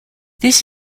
this